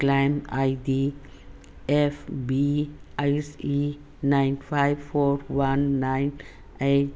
client I D F B S E nine five four one nine eight